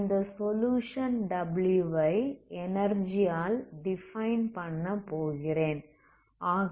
நான் இந்த solution w I energy ஆல் டிஃபைன் பண்ணபோகிறேன்